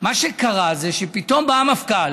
מה שקרה זה שפתאום בא המפכ"ל,